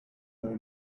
know